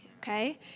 Okay